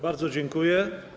Bardzo dziękuję.